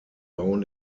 bauen